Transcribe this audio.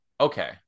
okay